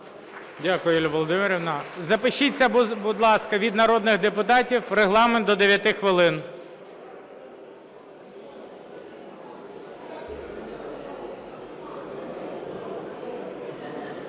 Дякую, Юлія Володимирівна. Запишіться, будь ласка, від народних депутатів. Регламент – до 9 хвилин.